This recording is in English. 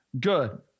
good